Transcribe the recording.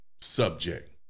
subject